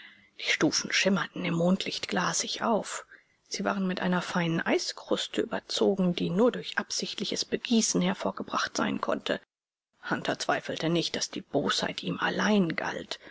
die stufen schimmerten im mondlicht glasig auf sie waren mit einer feinen eiskruste überzogen die nur durch absichtliches begießen hervorgebracht sein konnte hunter zweifelte nicht daß die bosheit ihm allein galt